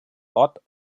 ort